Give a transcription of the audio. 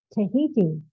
Tahiti